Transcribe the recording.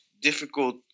difficult